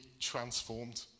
transformed